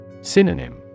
Synonym